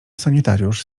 sanitariusz